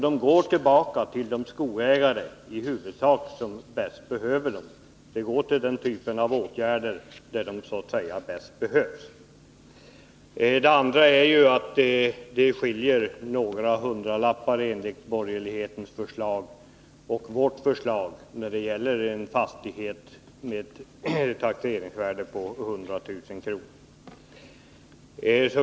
De går tillbaka i huvudsak till de skogsägare som bäst behöver detta — de går till åtgärder där det så att säga bäst behövs. För det andra skiljer det några hundralappar mellan borgerlighetens och vårt förslag när det gäller en fastighet med taxeringsvärde på 100 000 kr.